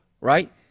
right